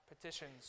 petitions